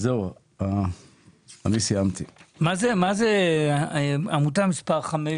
זה עמותה מספר 5,